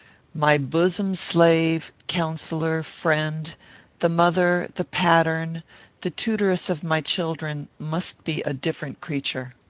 my bosom-slave counsellor friend the mother the pattern the tutoress of my children, must be a different creature.